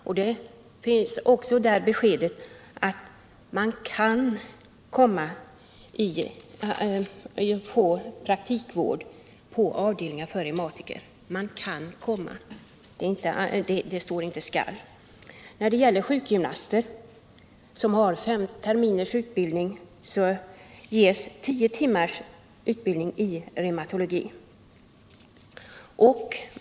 Också där finns beskedet att man Aan få vårdpraktik på avdelningar för reumatiker. Man kan få — det står inte skall. När det gäller sjukgymnaster som har fem terminers utbildning ges tio timmärs utbildning i reumatologi.